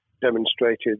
demonstrated